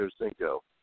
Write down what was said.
Cinco